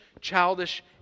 childish